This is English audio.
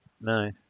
No